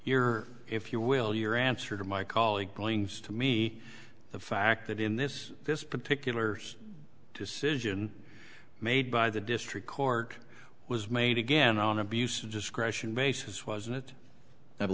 your if you will your answer to my colleague clings to me the fact that in this this particular decision made by the district court was made again on abuse of discretion basis wasn't it